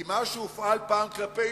כי מה שהופעל פעם כלפינו,